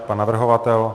Pan navrhovatel?